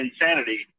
insanity